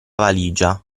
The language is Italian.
valigia